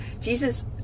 jesus